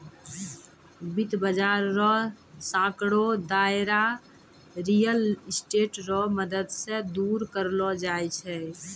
वित्त बाजार रो सांकड़ो दायरा रियल स्टेट रो मदद से दूर करलो जाय छै